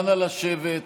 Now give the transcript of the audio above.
נא לשבת.